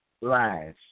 lies